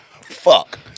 Fuck